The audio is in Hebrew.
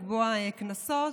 לקבוע קנסות.